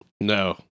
No